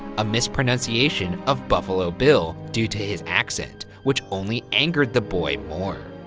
a mispronunciation of buffalo bill due to his accent, which only angered the boy more.